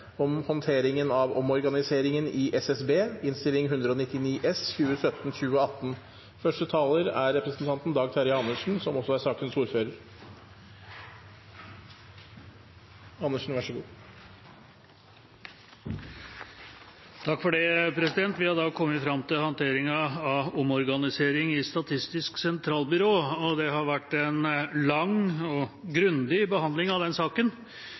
om ordet til sak nr. 3. Vi har kommet fram til håndteringen av omorganiseringen i Statistisk sentralbyrå. Det har vært en lang og grundig behandling av den saken.